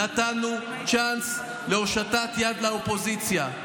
נתנו צ'אנס להושטת יד לאופוזיציה.